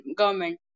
government